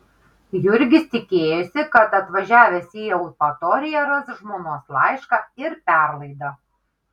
jurgis tikėjosi kad atvažiavęs į eupatoriją ras žmonos laišką ir perlaidą